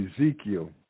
Ezekiel